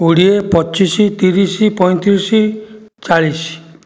କୋଡ଼ିଏ ପଚିଶ ତିରିଶ ପଇଁତିରିଶ ଚାଳିଶ